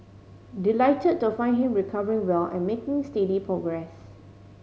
delight to find him recovering well and making steady progress